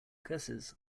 curses